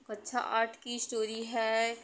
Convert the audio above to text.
कक्षा आर्ट की स्टोरी है